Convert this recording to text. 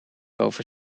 over